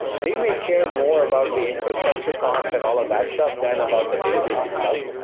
they may care more about the infrastructure cost and all of that stuff than about the database itself.